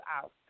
out